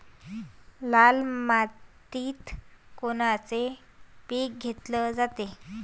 लाल मातीत कोनचं पीक घेतलं जाते?